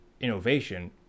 innovation